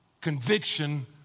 conviction